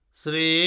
sri